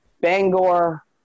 Bangor